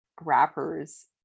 rappers